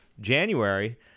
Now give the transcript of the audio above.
January